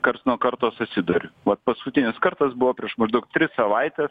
karts nuo karto susiduriu vat paskutinis kartas buvo prieš maždaug tris savaites